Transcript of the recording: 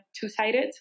two-sided